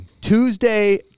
tuesday